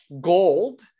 gold